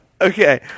Okay